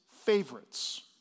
Favorites